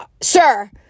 Sir